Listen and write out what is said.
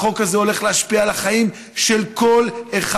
החוק הזה הולך להשפיע על החיים של כל אחד